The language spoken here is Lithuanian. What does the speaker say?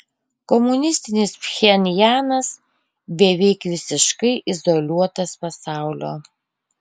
komunistinis pchenjanas beveik visiškai izoliuotas pasaulio